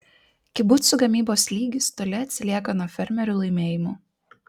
kibucų gamybos lygis toli atsilieka nuo fermerių laimėjimų